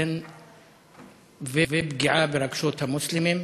המואזין ופגיעה ברגשות המוסלמים.